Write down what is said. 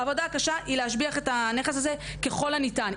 העבודה הקשה היא להשביח את הנכס הזה ככל הניתן.